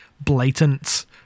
blatant